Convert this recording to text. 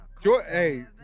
Hey